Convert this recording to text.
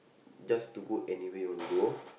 just to go anywhere you wanna go